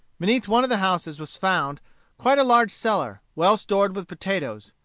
beneath one of the houses was found quite a large cellar, well stored with potatoes.